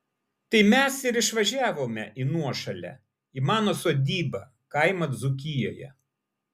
tai mes ir išvažiavome į nuošalę į mano sodybą kaimą dzūkijoje